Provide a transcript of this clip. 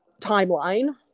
timeline